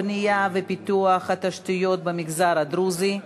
הבנייה ופיתוח התשתיות במגזר הדרוזי,